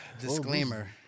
Disclaimer